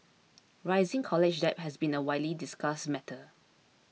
rising college debt has been a widely discussed matter